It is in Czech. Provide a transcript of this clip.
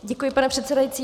Děkuji, pane předsedající.